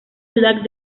ciudad